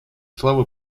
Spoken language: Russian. славы